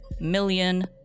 Million